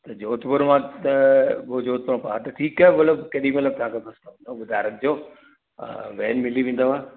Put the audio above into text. त जोधपुर मां त पोइ जोधपुर मां हा त ठीकु आहे मतिलब केॾीमहिल बि तव्हांखे खपंदव ॿुधाए रखिजो वेन मिली वेंदव